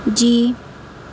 جی